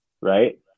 right